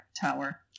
Tower